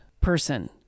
person